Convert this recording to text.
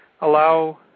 Allow